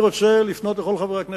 אני רוצה לפנות לכל חברי הכנסת,